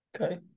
Okay